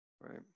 Right